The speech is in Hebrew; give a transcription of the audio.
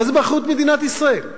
הרי זה באחריות מדינת ישראל.